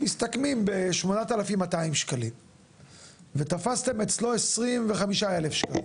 מסכמים ב-8,200 שקלים ותפסתם אצלו 25 אלף שקלים,